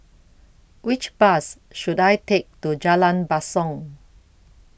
Which Bus should I Take to Jalan Basong